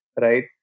right